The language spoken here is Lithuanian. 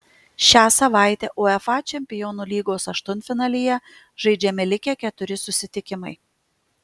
šią savaitę uefa čempionų lygos aštuntfinalyje žaidžiami likę keturi susitikimai